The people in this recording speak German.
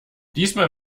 diesmal